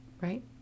Right